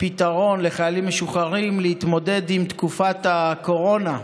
פתרון לחיילים משוחררים להתמודד עם תקופת הקורונה.